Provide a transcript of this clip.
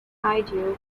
ideal